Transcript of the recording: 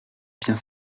bien